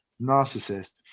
narcissist